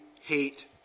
hate